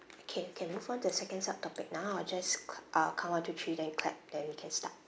okay we can move on to the second sub topic now I just ca~ uh count one two three then we clap then we can start